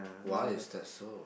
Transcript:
why is that so